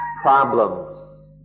problems